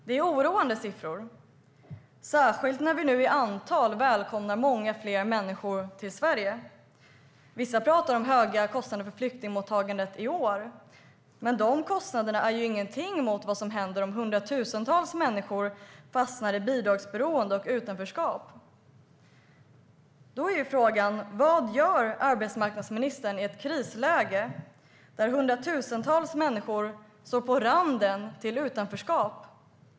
Det är oroande siffror, särskilt när vi nu i antal välkomnar många fler människor till Sverige. Vissa pratar om höga kostnader för flyktingmottagandet i år. Men de kostnaderna är ju ingenting mot vad som händer om hundratusentals människor fastnar i bidragsberoende och utanförskap. Då är frågan: Vad gör arbetsmarknadsministern i ett krisläge när hundratusentals människor står på randen till utanförskap?